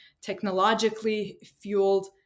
technologically-fueled